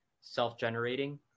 self-generating